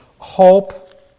Hope